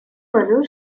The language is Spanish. valor